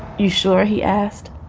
you sure? he asked.